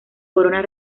corona